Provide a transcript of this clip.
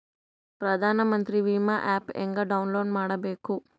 ಪ್ರಧಾನಮಂತ್ರಿ ವಿಮಾ ಆ್ಯಪ್ ಹೆಂಗ ಡೌನ್ಲೋಡ್ ಮಾಡಬೇಕು?